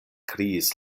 kriis